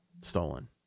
stolen